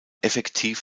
effektiv